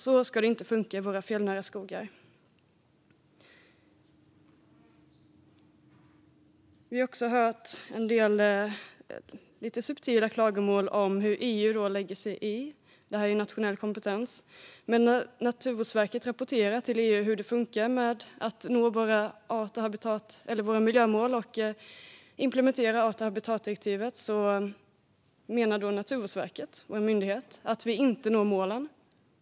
Så ska det inte funka i våra fjällnära skogar. Vi har också hört en del lite subtila klagomål om hur EU lägger sig i. Det här är ju nationell kompetens. Men när Naturvårdsverket rapporterar till EU hur det funkar att nå våra miljömål och att implementera art och habitatdirektivet menar verket, vår myndighet, att vi inte når målen.